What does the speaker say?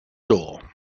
door